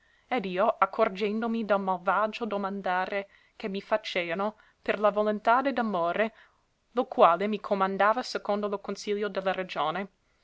ed io accorgendomi del malvagio domandare che mi faceano per la volontade d'amore lo quale mi comandava secondo lo consiglio de la ragione